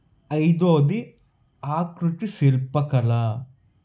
ఐదోది ఆకృతి శిల్పకళ